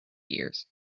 years